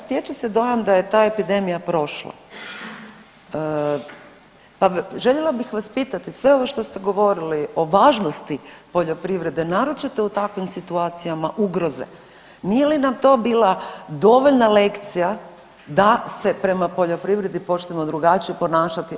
Stječe se dojam da je ta epidemija prošla, pa željela bih vas pitati sve ovo što ste govorili o važnosti poljoprivrede naročito u takvim situacijama ugroze nije li nam to bila dovoljna lekcija da se prema poljoprivredi počnemo drugačije ponašati?